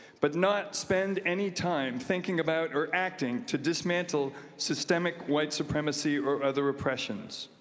but not spend any time thinking about or acting to dismantle systemic white supremacy or other oppressions.